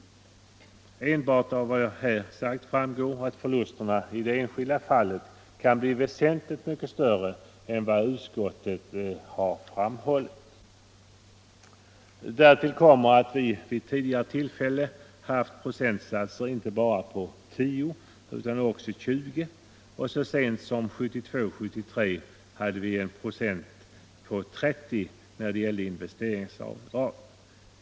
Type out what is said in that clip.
Enbart av vad jag här sagt framgår att förlusterna i det enskilda fallet kan bli väsentligt större än vad utskottsmajoriteten framhåller. Därtill kommer att vi vid tidigare tillfällen har haft procentsatser på inte bara 10 utan också på 20 och så sent som 1972-1973 på 30 96 när det gällde investeringsavdragen.